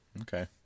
Okay